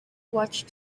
watched